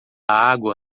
água